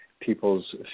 people's